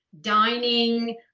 dining